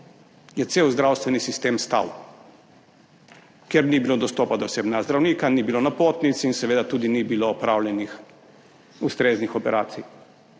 je cel zdravstveni sistem stal, kjer ni bilo dostopa do osebnega zdravnika, ni bilo napotnic in seveda tudi ni bilo opravljenih ustreznih operacij.